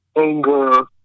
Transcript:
anger